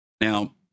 Now